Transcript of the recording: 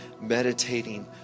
meditating